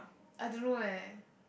I don't know eh